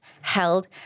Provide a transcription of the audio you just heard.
held